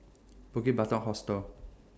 Bukit Batok Hostel